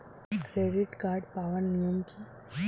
Credit card পাওয়ার নিয়ম কী?